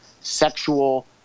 sexual